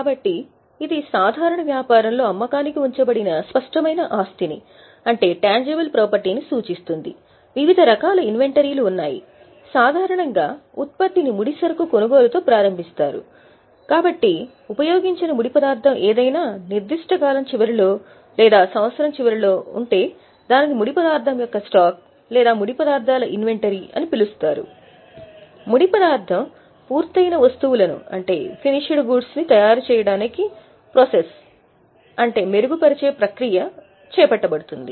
కాబట్టి ఇది సాధారణ వ్యాపారంలో అమ్మకానికి ఉంచబడిన స్పష్టమైన ఆస్తిని తయారు చేయడానికి ప్రాసెస్ చేయబడుతుంది